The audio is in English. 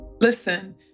listen